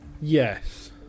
Yes